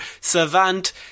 Savant